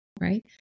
Right